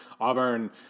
Auburn